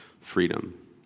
freedom